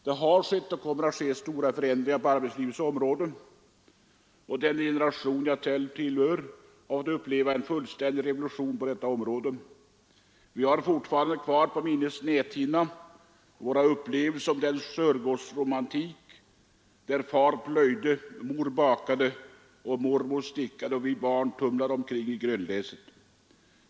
Det har skett och kommer att ske stora förändringar på arbetslivets område. Den generation jag själv tillhör har fått uppleva en fullständig revolution på detta område. Vi har fortfarande kvar på minnets näthinna den Sörgårdsromantik där far plöjde, mor bakade, mormor stickade och vi barn tumlade omkring i gröngräset.